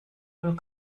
wohl